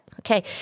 Okay